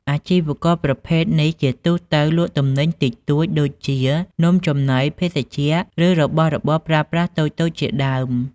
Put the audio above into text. អាជីវករប្រភេទនេះជាទូទៅលក់ទំនិញតិចតួចដូចជា នំចំណី ភេសជ្ជៈ ឬរបស់របរប្រើប្រាស់តូចៗជាដើម។